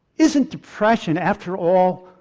isn't depression, after all,